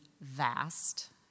vast